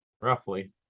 roughly